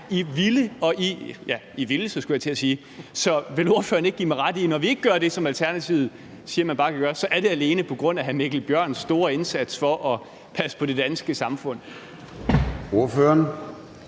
jo bare stemt ja – i vildelse, skulle jeg til at sige. Så vil ordføreren ikke give mig ret i, at når vi ikke gør det, som Alternativet siger man bare kan gøre, så er det alene på grund af hr. Mikkel Bjørns store indsats for at passe på det danske samfund? Kl.